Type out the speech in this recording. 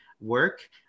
work